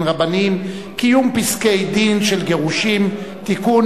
רבניים (קיום פסקי-דין של גירושין) (תיקון,